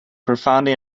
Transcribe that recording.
profoundly